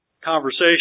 conversation